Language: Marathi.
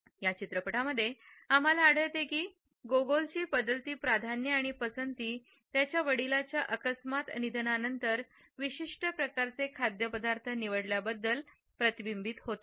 या चित्रपटमध्ये आम्हाला आढळतो की गोगोलची बदलती प्राधान्ये आणि पसंती त्याच्या वडिलांच्या अकस्मात निधनानंतर विशिष्ट प्रकारचे खाद्यपदार्थ निवडल्याबद्दल प्रतिबिंबित होतात